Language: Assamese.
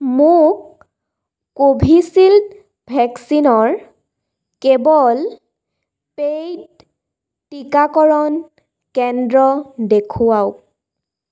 মোক কোভিশ্বিল্ড ভেকচিনৰ কেৱল পে'ইড টিকাকৰণ কেন্দ্ৰ দেখুৱাওক